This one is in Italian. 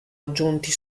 aggiunti